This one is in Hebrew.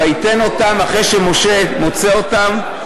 "ויִתן אותם" אחרי שמשה מוצא אותם,